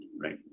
right